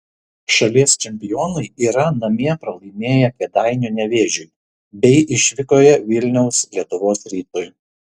šalies čempionai yra namie pralaimėję kėdainių nevėžiui bei išvykoje vilniaus lietuvos rytui